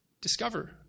discover